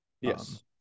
Yes